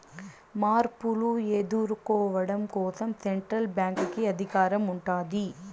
మార్పులు ఎదుర్కోవడం కోసం సెంట్రల్ బ్యాంక్ కి అధికారం ఉంటాది